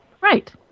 Right